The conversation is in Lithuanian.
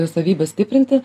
savybę stiprinti